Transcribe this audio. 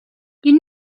you